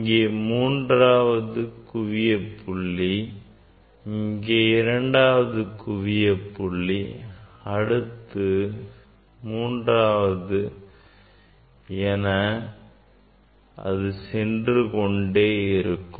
இங்கே ஒன்றாவது குவிய புள்ளி இங்கே 2வது அடுத்து மூன்றாவது என குவிய புள்ளிகள் கிடைத்துக் கொண்டே இருக்கும்